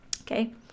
okay